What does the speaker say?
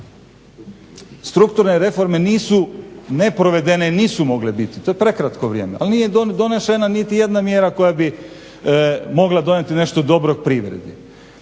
Strukturne reforme nisu neprovedene i nisu mogle biti, to je prekratko vrijeme, ali nije donešene niti jedna mjera koja bi mogla donijeti nešto dobrog privredi.